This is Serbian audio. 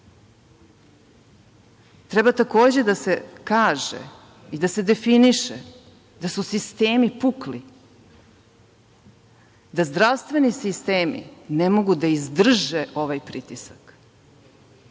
Treba, takođe da se kaže i da se definiše da su sistemi pukli, da zdravstveni sistemi ne mogu da izdrže ovaj